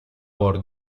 por